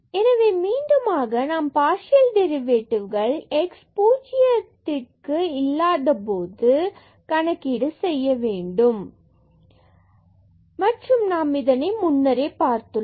எனவே மீண்டும் ஆக நாம் பார்சியல் டெரிவேட்டிவ்களை x 0 க்கு சப்பில்லாத போது கணக்கீடு செய்ய வேண்டும் மற்றும் நாம் இதனை முன்னரே பார்த்துள்ளோம்